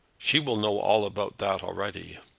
she will know all about that already.